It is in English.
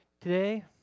Today